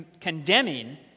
condemning